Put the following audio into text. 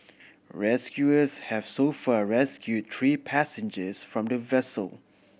rescuers have so far rescued three passengers from the vessel